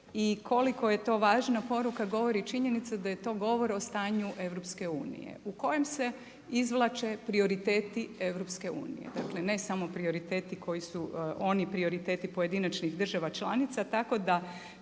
i koliko je to važna poruka govori činjenica da je to govor o stanju EU-a u kojem se izvlače prioriteti EU-a, dakle ne samo prioriteti koji su oni prioriteti, pojedinačnih država članica. Tako da